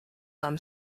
them